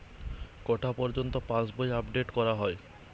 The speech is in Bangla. কটা পযর্ন্ত পাশবই আপ ডেট করা হয়?